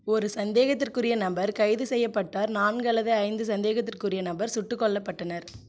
ஒரு சந்தேகத்திற்குரிய நபர் கைது செய்யப்பட்டார் நான்கு அல்லது ஐந்து சந்தேகத்திற்குரிய நபர் சுட்டுக் கொல்லப்பட்டனர்